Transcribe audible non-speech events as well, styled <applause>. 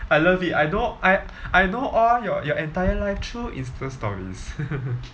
I love it I know I I know all your your entire life through insta stories <laughs>